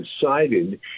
cited